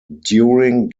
during